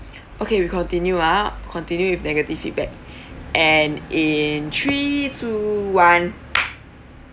okay we continue ah continue with negative feedback and in three two one